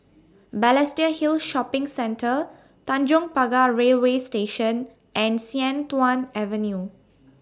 Balestier Hill Shopping Centre Tanjong Pagar Railway Station and Sian Tuan Avenue